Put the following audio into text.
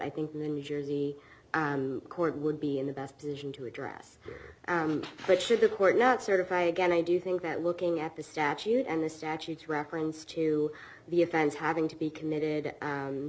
i think the new jersey court would be in the best position to address but should the court not certify again i do think that looking at the statute and the statutes referenced to the offense having to be committed